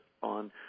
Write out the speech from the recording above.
on